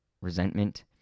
resentment